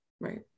Right